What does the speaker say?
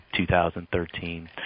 2013